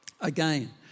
Again